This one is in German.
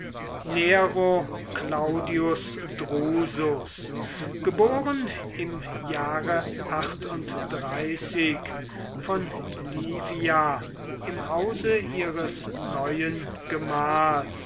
claudius drusus geboren im jahre von livia im hause ihres neuen gemahls